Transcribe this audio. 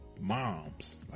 moms